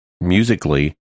musically